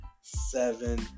seven